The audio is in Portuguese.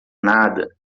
nada